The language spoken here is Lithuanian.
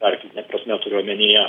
tarkim ta prasme turiu omenyje